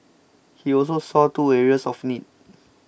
he also saw two areas of need